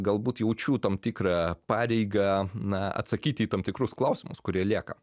galbūt jaučiu tam tikrą pareigą na atsakyti į tam tikrus klausimus kurie lieka